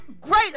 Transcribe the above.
greater